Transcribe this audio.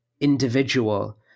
individual